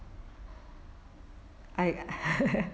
I